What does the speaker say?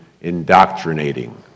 indoctrinating